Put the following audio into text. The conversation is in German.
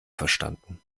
verstanden